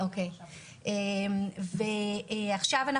עכשיו,